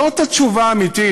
זאת התשובה האמיתית.